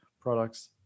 products